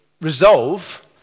resolve